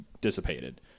dissipated